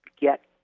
get